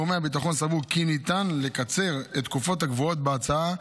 גורמי הביטחון סברו כי ניתן לקצר את התקופות הקבועות בהצעה.